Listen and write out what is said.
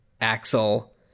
Axel